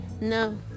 No